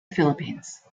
philippines